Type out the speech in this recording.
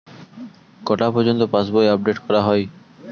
কটা পযর্ন্ত পাশবই আপ ডেট করা হয়?